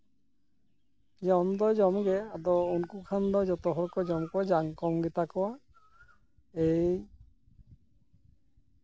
ᱡᱚᱢ ᱫᱚ ᱡᱚᱢ ᱜᱮ ᱟᱫᱚ ᱩᱱᱠᱩ ᱠᱷᱟᱱ ᱫᱚ ᱡᱚᱛᱚ ᱦᱚᱲ ᱠᱚ ᱡᱚᱢ ᱠᱚᱣᱟ ᱡᱟᱦ ᱠᱚᱢ ᱜᱮᱛᱟ ᱠᱚᱣᱟ ᱮᱭ